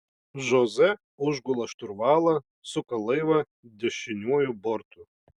žoze užgula šturvalą suka laivą dešiniuoju bortu